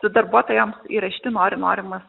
darbuotojams įrašyti nori norimas